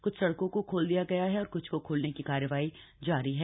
क्छ सड़कों को खोल दिया गया है और क्छ को खोलने की कार्रवाई जारी है